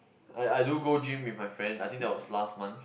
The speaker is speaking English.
I I do go gym with my friends I think that was last month